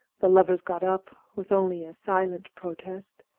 the lovers got up, with only a silent protest,